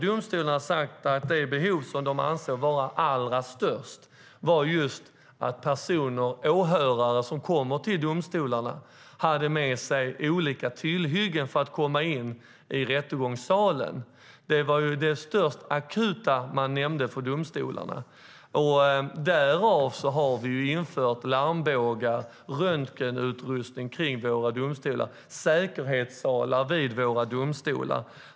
Domstolarna sa bland annat att det allra största behovet gällde just att åhörare som kommer till domstolarna hade med sig olika tillhyggen för att komma in i rättegångssalen. Det var det mest akuta som domstolarna nämnde. Därav har vi infört larmbågar, röntgenutrustning och säkerhetssalar vid våra domstolar.